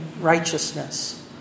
righteousness